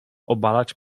obalać